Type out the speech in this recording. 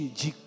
de